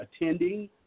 attending